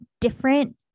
different